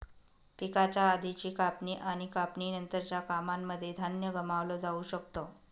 पिकाच्या आधीची कापणी आणि कापणी नंतरच्या कामांनमध्ये धान्य गमावलं जाऊ शकत